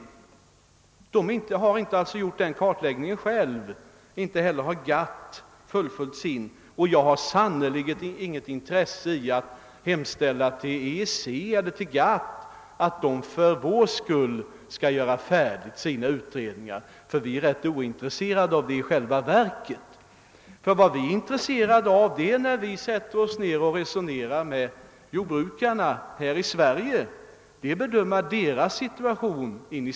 EEC har alltså inte utfört någon kartläggning och inte heller har GATT full följt sin. Jag har sannerligen inte något intresse av att hemställa till EEC eller GATT att de för vår skull skall göra sina utredningar färdiga. Sverige är i själva verket rätt ointresserat härav. Vad vi är intresserade av när vi diskuterar med jordbrukarna här i Sverige är att bedöma deras situation.